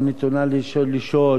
או נתונה לשוד,